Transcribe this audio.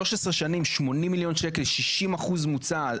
13 שנים, 80 מיליון שקל, 60% מוצה?